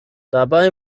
dabei